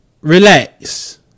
relax